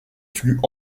fut